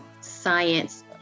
science